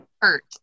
hurt